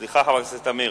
סליחה, חברת הכנסת תמיר.